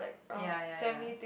ya ya ya